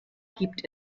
gibt